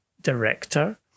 director